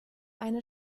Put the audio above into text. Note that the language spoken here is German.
eine